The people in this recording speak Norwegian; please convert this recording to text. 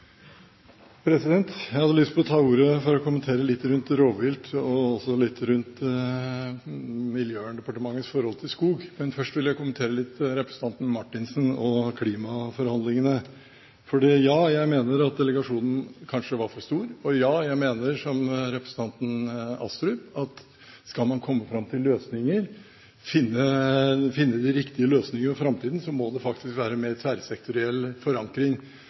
Jeg hadde lyst til å ta ordet for å gi en kommentar når det gjelder rovvilt, og også til Miljøverndepartementet når det gjelder skog. Men først vil jeg kommentere til representanten Marthinsen når det gjelder klimaforhandlingene: Ja, jeg mener at delegasjonen kanskje var for stor, og ja, jeg mener, som representanten Astrup, at skal man komme fram til løsninger, finne de riktige løsningene for framtiden, må det faktisk være tverrsektoriell forankring.